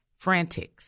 frantics